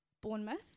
Bournemouth